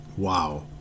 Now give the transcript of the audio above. Wow